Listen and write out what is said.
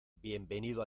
bienvenido